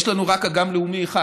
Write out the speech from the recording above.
יש לנו אגם לאומי אחד